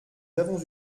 avons